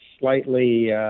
slightly